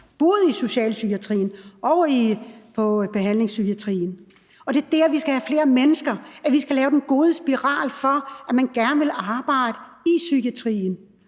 både i socialpsykiatrien og i behandlingspsykiatrien. Det er der, vi skal have flere mennesker, og hvor vi skal lave den gode spiral for, at man gerne vil arbejde i psykiatrien.